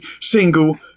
single